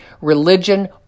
religion